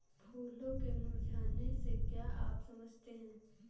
फूलों के मुरझाने से क्या आप समझते हैं?